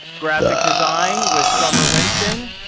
graphic design with summer winston.